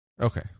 Okay